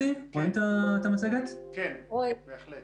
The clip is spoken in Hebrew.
הייתי אומר סכמתית את הפתרונות שלנו לצד התחבורתי של מעבר צה"ל